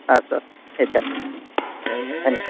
अस्तु यच्छ धन्यवादः